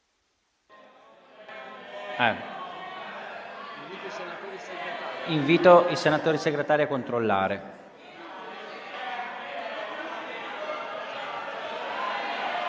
Invito i senatori Segretari a controllare.